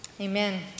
Amen